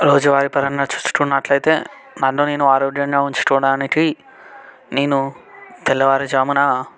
రోజు వారి పరంగా చూసుకున్నట్లయితే నన్ను నేను ఆరోగ్యంగా ఉంచుకోవడానికి నేను తెల్లవారుజామున